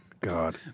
God